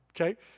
okay